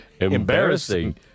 Embarrassing